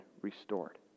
restored